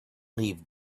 leave